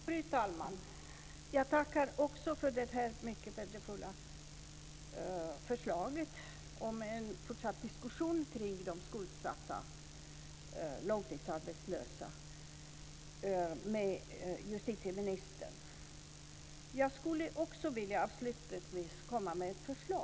Fru talman! Jag tackar också för detta mycket värdefulla förslag om en fortsatt diskussion om skuldsatta långtidsarbetslösa med justitieministern. Avslutningsvis vill jag lägga fram ett förslag.